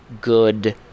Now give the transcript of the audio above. good